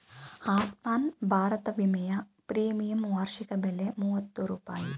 ಆಸ್ಮಾನ್ ಭಾರತ ವಿಮೆಯ ಪ್ರೀಮಿಯಂ ವಾರ್ಷಿಕ ಬೆಲೆ ಮೂವತ್ತು ರೂಪಾಯಿ